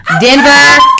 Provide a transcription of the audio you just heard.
Denver